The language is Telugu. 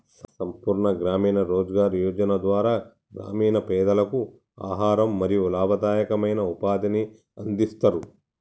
సంపూర్ణ గ్రామీణ రోజ్గార్ యోజన ద్వారా గ్రామీణ పేదలకు ఆహారం మరియు లాభదాయకమైన ఉపాధిని అందిస్తరు